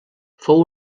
fou